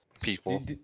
people